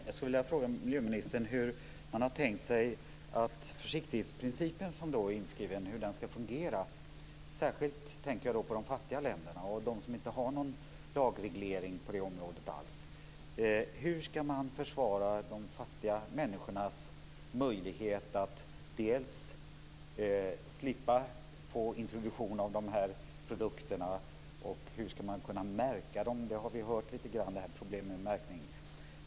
Fru talman! Jag skulle vilja fråga miljöministern hur man har tänkt sig att den inskrivna försiktighetsprincipen ska fungera. Särskilt tänker jag på de fattiga länderna och de som inte har någon lagreglering på det området alls. Hur ska man försvara de fattiga människornas möjlighet att slippa få introduktion av de här produkterna? Hur ska man kunna märka dem? Problemet med märkningen har vi hört lite grann om.